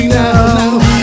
now